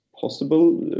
possible